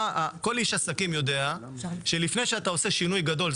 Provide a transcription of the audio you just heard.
כל איש עסקים יודע שלפני שאתה עושה שינוי גדול,